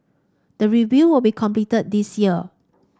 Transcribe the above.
the review will be completed this year